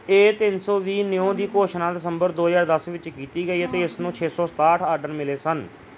ਏ ਤਿੰਨ ਸੌ ਵੀਹ ਨਿਓ ਦੀ ਘੋਸ਼ਣਾ ਦਸੰਬਰ ਦੋ ਹਜ਼ਾਰ ਦਸ ਵਿੱਚ ਕੀਤੀ ਗਈ ਅਤੇ ਇਸਨੂੰ ਛੇ ਸੌ ਸਤਾਹਠ ਆਰਡਰ ਮਿਲੇ ਸਨ